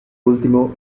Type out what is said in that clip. último